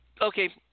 Okay